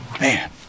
Man